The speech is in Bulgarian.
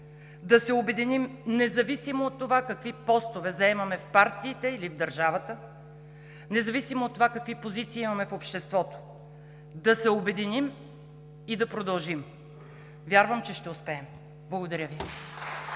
да се обединим независимо от това какви постове заемаме в партиите или в държавата, независимо от това какви позиции имаме в обществото! Да се обединим и да продължим! Вярвам, че ще успеем. Благодаря Ви.